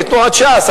לתנועת ש"ס,